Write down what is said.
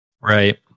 Right